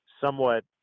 somewhat